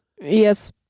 Yes